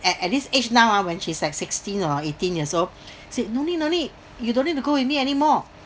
at at this age now ah when she's like sixteen or eighteen years old said no need no need you don't need to go with me anymore